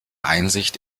einsicht